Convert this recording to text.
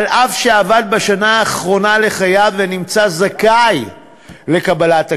אף שעבד בשנה האחרונה לחייו ונמצא זכאי לקבלת הכסף,